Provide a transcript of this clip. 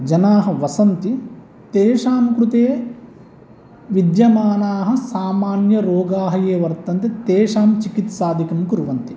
जनाः वसन्ति तेषां कृते विद्यमानाः सामान्यरोगाः ये वर्तन्ते तेषां चिकित्सादिकं कुर्वन्ति